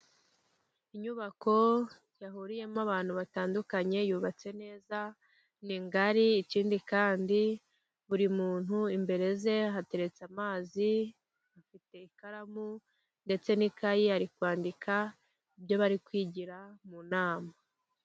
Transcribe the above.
Inyubako yahuriyemo abantu batandukanye, yubatse neza, ni ngari, ikindi kandi buri muntu imbere ye hateretse amazi, afite ikaramu, ndetse n'ikayi ari kwandika ibyo bari kwigira mu nama.